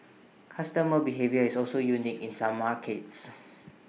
customer behaviour is also unique in some markets